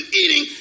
eating